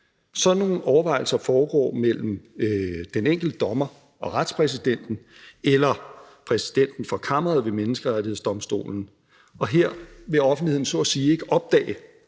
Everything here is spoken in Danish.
Sådan nogle overvejelser foregår mellem den enkelte dommer og retspræsidenten eller præsidenten for kammeret ved Menneskerettighedsdomstolen. Her vil offentligheden så at sige ikke opdage,